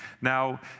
Now